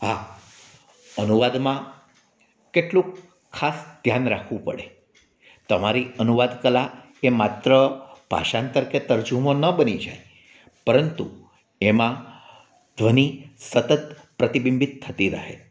હા અનુવાદમાં કેટલુંક ખાસ ધ્યાન રાખવું પડે તમારી અનુવાદ કલા એ માત્ર ભાષાંતર કે તરજુમો ન બની જાય પરંતુ એમાં ધ્વનિ સતત પ્રતિબિંબિત થતી રહે